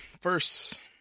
First